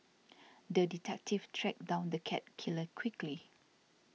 the detective tracked down the cat killer quickly